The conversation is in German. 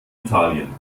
italien